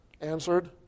answered